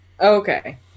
Okay